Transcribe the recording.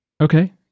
Okay